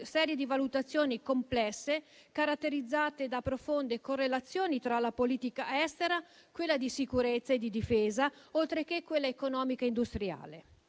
serie di valutazioni complesse, caratterizzate da profonde correlazioni tra la politica estera, quella di sicurezza e di difesa, oltre a quella economica e industriale.